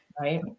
right